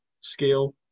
scale